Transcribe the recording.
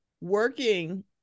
working